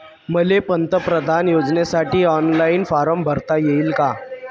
मले पंतप्रधान योजनेसाठी ऑनलाईन फारम भरता येईन का?